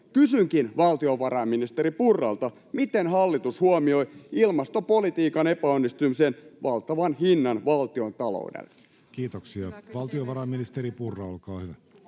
Kysynkin valtiovarainministeri Purralta: miten hallitus huomioi ilmastopolitiikan epäonnistumisen valtavan hinnan valtiontaloudelle? [Aki Lindén: Kutsumalla sitä